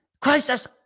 crisis